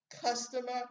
customer